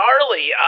Charlie